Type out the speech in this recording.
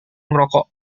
merokok